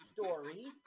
story